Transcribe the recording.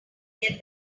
get